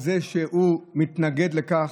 על זה שהוא מתנגד לכך,